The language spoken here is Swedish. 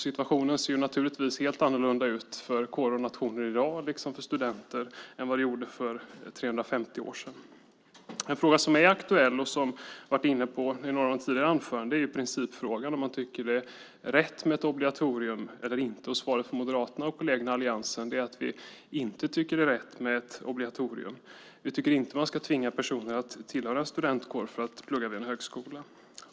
Situationen ser naturligtvis helt annorlunda ut för kårer och nationer liksom för studenterna i dag jämfört med hur det var för 350 år sedan. En fråga som är aktuell och som varit uppe i några av de tidigare anförandena är principfrågan, om man tycker att det är rätt med ett obligatorium eller inte. Svaret från Moderaterna och kollegerna i alliansen är att vi inte tycker att det är rätt med ett obligatorium. Vi tycker inte att man ska tvinga personer att tillhöra en studentkår för att plugga vid en högskola.